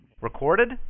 Recorded